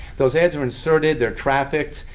those ads are inserted. they're trafficked.